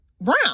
brown